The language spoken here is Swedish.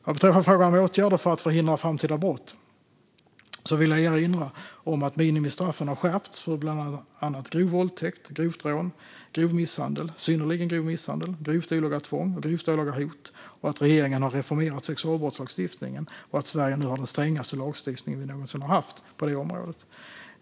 Vad beträffar frågan om åtgärder för att förhindra framtida brott vill jag erinra om att minimistraffen har skärpts för bland annat grov våldtäkt, grovt rån, grov misshandel, synnerligen grov misshandel, grovt olaga tvång och grovt olaga hot, att regeringen har reformerat sexualbrottslagstiftningen och att Sverige nu har den strängaste lagstiftningen vi någonsin har haft på det området.